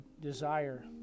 desire